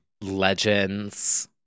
Legends